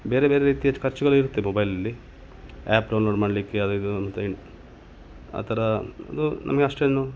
ಬೇರೆ ಬೇರೆ ರೀತಿಯದು ಖರ್ಚುಗಳಿರುತ್ತೆ ಮೊಬೈಲಲ್ಲಿ ಆ್ಯಪ್ ಡೌನ್ಲೋಡ್ ಮಾಡಲಿಕ್ಕೆ ಅದಿದು ಅಂತ್ಹೇಳಿ ಆ ಥರ ಅದು ನಮಗೆ ಅಷ್ಟೇನೂ